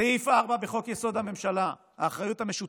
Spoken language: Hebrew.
סעיף 4 בחוק-יסוד: הממשלה: האחריות המשותפת,